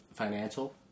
Financial